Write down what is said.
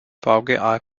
vga